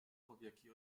powieki